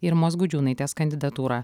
irmos gudžiūnaitės kandidatūrą